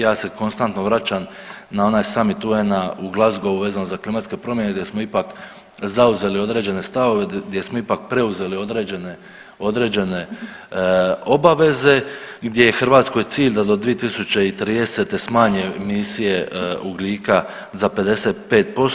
Ja se konstantno vraćam na onaj Summit UN-a u Glasgowu vezano za klimatske promjene gdje smo ipak zauzeli određene stavove, gdje smo ipak preuzeli određene obaveze, gdje je Hrvatskoj cilj da do 2030. smanje emisije ugljika za 55%